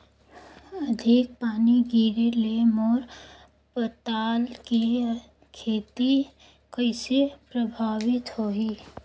अधिक पानी गिरे ले मोर पताल के खेती कइसे प्रभावित होही?